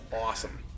awesome